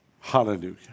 Hallelujah